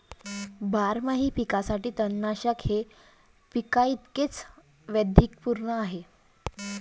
बारमाही पिकांसाठी तणनाशक हे पिकांइतकेच वैविध्यपूर्ण आहे